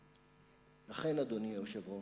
לכן, אדוני היושב-ראש,